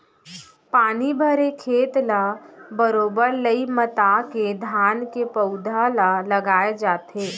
पानी भरे खेत ल बरोबर लई मता के धान के पउधा ल लगाय जाथे